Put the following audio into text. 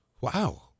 wow